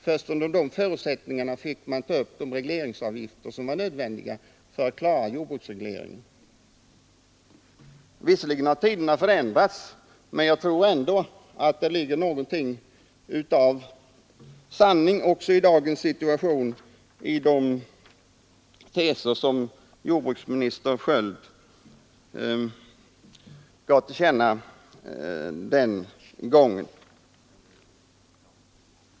Först då fick jordbruket ta upp de regleringsavgifter som var nödvändiga för att klara en jordbruksreglering. Visserligen har tiderna förändrats, men jag tror ändå att de teser som jordbruksministern själv den gången fastslog håller också i dagens situation.